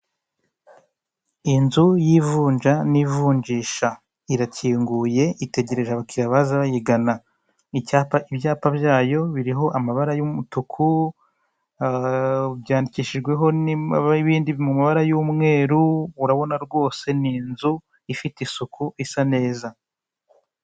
Inzu y'ivunja n'ivunjisha irakinguye itegereje abakiriya baza bayigana, icyapa ibyapa byayo biriho amabara y'umutuku byandikishijweho n'ibindi mu mabara y'umweru urabona rwose ni inzu ifite isuku isa neza.